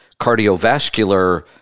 cardiovascular